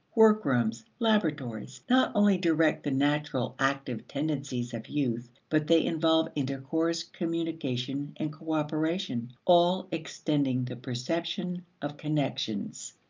workrooms, laboratories not only direct the natural active tendencies of youth, but they involve intercourse, communication, and cooperation all extending the perception of connections.